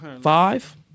five